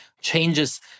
changes